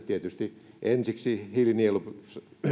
tietysti ensiksi hiilinielu